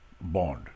Bond